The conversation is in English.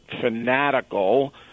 fanatical